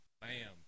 Bam